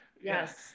Yes